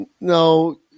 No